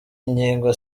ingingo